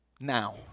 Now